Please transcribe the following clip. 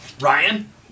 Ryan